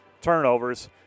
turnovers